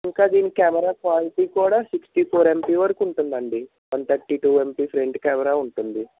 ఇంకా దీని camera quality కూడా సిక్స్టీ ఫోర్ ఎంపీ వరకు ఉంటుంది అండి one thirty two MP front camera ఉంటుంది